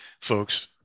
folks